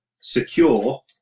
secure